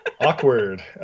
Awkward